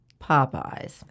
Popeyes